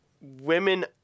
women